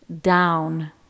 down